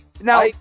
now